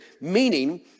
meaning